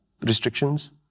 restrictions